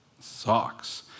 socks